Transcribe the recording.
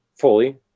fully